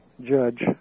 Judge